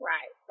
Right